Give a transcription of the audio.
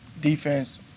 defense